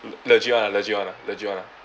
le~ legit [one] ah legit [one] ah legit [one] ah